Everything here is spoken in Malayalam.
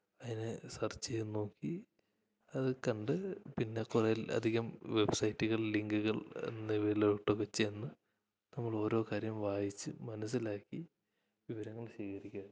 അതിനെ സെർച്ച് ചെയ്ത് നോക്കി അത് കണ്ട് പിന്നെ കുറെ അധികം വെബ്സൈറ്റ്കൾ ലിങ്ക്കൾ എന്നിവയിലോട്ട് ഒക്കെ ചെന്ന് നമ്മൾ ഓരോ കാര്യം വായിച്ച് മനസ്സിലാക്കി വിവരങ്ങൾ സീകരിക്കുക എന്നുള്ളത് ആണ്